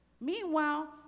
Meanwhile